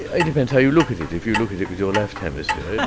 it depends how you look at it. if you look at it with your left hemisphere. yeah